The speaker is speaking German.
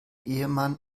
ehemann